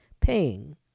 paying